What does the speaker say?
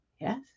Yes